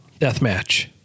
deathmatch